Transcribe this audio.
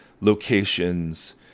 locations